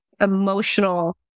emotional